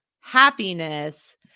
happiness